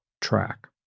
track